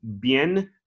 Bien